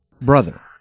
brother